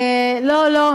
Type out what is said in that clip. לא לא,